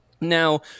now